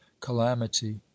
calamity